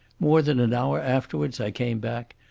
more than an hour afterwards i came back,